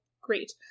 Great